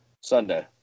Sunday